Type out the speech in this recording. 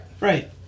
Right